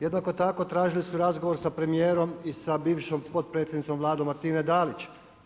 Jednako tako tražili su i razgovor sa premijerom i sa bivšom potpredsjednicom Vlade Martinom Dalić.